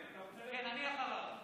כן, אני אחריו.